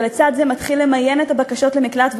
ולצד זה מתחיל למיין את הבקשות למקלט,